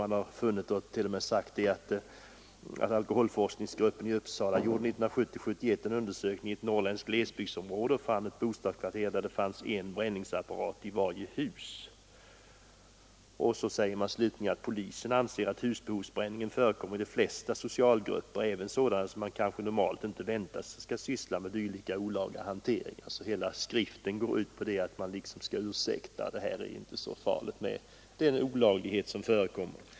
Man har t.o.m. sagt: ”Alkoholforskningsgruppen i Uppsala gjorde 1970—1971 en undersökning i ett norrländskt glesbygdsområde och fann ett bostadskvarter där det fanns en bränningsapparat i varje hus.” Slutligen anför man: ”Polisen anser att husbehovsbränningen förekommer i de flesta socialgrupper, även sådana som man kanske normalt inte väntar sig skall pyssla med dylika olagliga hanteringar.” Hela skriften går alltså ut på att hembränning liksom kan ursäktas. Den är inte så farlig. Det är en olaglighet som förekommer.